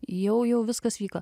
jau jau viskas vyko